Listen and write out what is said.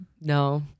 No